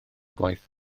gwaith